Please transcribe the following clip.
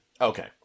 Okay